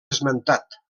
esmentat